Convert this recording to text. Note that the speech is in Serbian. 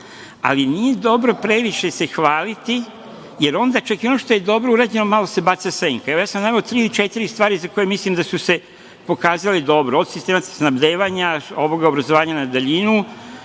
nije dobro previše se hvaliti, jer onda čak i ono što je dobro urađeno, malo se baca senka. Evo, ja sam naveo tri ili četiri stvari za koje mislim da su se pokazale dobro, od sistematskog snabdevanja, obrazovanja na daljinu,